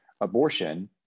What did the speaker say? abortion